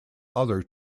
other